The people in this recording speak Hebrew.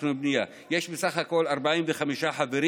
לתכנון ובנייה יש בסך הכול 45 חברים,